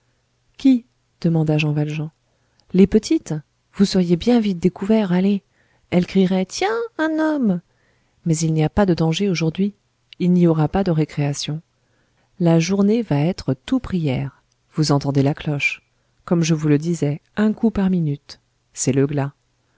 chérubins là qui demanda jean valjean les petites vous seriez bien vite découvert allez elles crieraient tiens un homme mais il n'y a pas de danger aujourd'hui il n'y aura pas de récréation la journée va être tout prières vous entendez la cloche comme je vous le disais un coup par minute c'est le glas